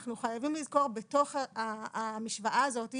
אנחנו צריכים לזכור בתוך המשוואה הזאת,